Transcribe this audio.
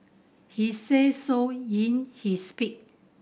he said so in his speech